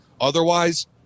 Otherwise